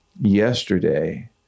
yesterday